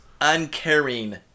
uncaring